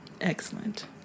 Excellent